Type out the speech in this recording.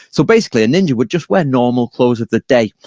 so, basically, a ninja would just wear normal clothes of the day,